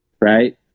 Right